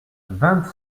vingt